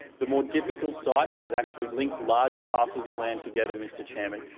the more difficult sites that actually link larger parcels of land together, mr chairman,